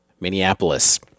Minneapolis